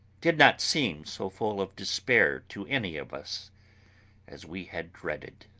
did not seem so full of despair to any of us as we had dreaded.